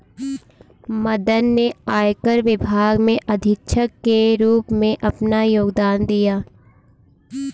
मदन ने आयकर विभाग में अधीक्षक के रूप में अपना योगदान दिया